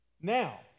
Now